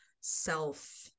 self-